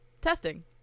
testing